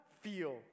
feel